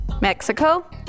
Mexico